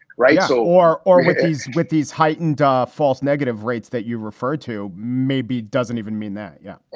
right. so or or with these with these heightened ah false negative rates that you referred to maybe doesn't even mean that, yeah